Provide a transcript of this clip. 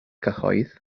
cyhoedd